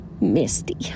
misty